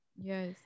Yes